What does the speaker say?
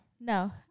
no